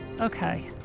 okay